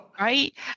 right